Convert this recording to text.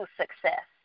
success